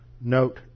note